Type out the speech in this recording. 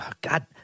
God